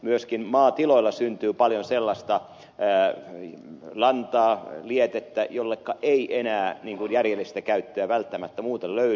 myöskin maatiloilla syntyy paljon sellaista lantaa lietettä jolleka ei enää järjellistä käyttöä välttämättä muuten löydy